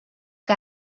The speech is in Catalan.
que